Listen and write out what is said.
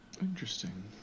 interesting